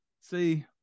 See